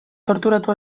torturatu